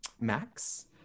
Max